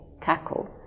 tackle